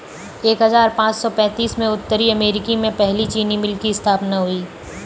एक हजार पाँच सौ पैतीस में उत्तरी अमेरिकी में पहली चीनी मिल की स्थापना हुई